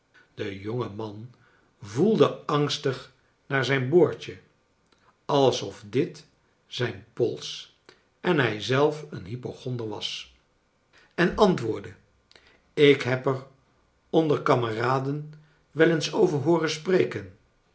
de jonge man voelde angstig naar zijn boordje alsof dit zijn pols en hij zelf een hypochonder was en antwoordde ik heb er onder kameraden wel ecus over hooren spreken